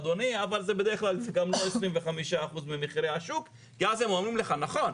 אבל בדרך כלל זה גם לא 25% ממחירי השוק כי אז הם אומרים לך נכון,